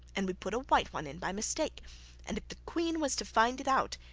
and we put a white one in by mistake and if the queen was to find it out,